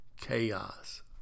chaos